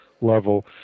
level